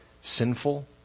sinful